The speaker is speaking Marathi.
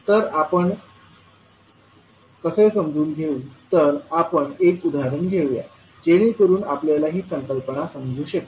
तर आपण कसे समजून घेऊ तर आपण एक उदाहरण घेऊया जेणेकरून आपल्याला ही संकल्पना समजू शकेल